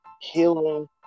healing